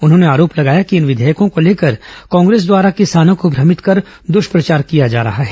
उन्होंने आरोप लगाया कि इन विधेयकों को लेकर कांग्रेस द्वारा किसानों को भ्रमित कर दृष्पचार किया जा रहा है